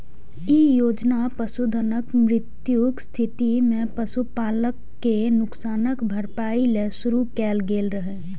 ई योजना पशुधनक मृत्युक स्थिति मे पशुपालक कें नुकसानक भरपाइ लेल शुरू कैल गेल रहै